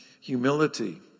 humility